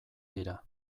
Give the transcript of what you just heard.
dira